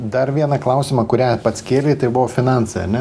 dar vieną klausimą kurią pats kėlei tai buvo finansai ane